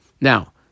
now